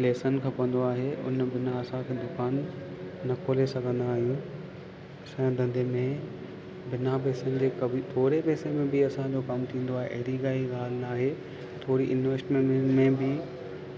lesson खपंदो आहे हुन बिना असांखे दुकानु न खोले सघंदा आहियूं असांजे धंधे में बिना पैसनि खे कबी थोरे पैसे में बि असांजो कमु थींदो आहे अहिड़ी काई ॻाल्हि न आहे थोरी इंवेस्टमेंट में बि